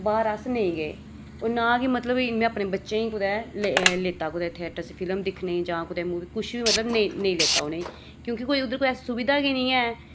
बाह्र अस नेईं गे ना गै मतलब इ'यां अपने बच्चें गी कुतै लैता कुतै थिएटर च फिल्म दिक्खने गी जां कुतै मूवी मतलब नेईं लैता उ'नें गी क्योंकि उद्धर कोई ऐसी सुबिधा गै नेईं ऐ